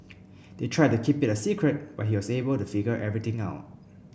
they tried to keep it a secret but he was able to figure everything out